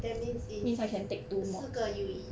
that means is 四个 U_E